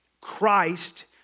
Christ